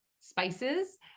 spices